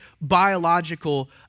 biological